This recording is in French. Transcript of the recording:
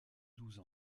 douze